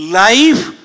life